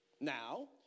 Now